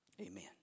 Amen